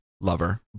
lover